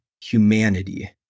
humanity